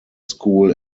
school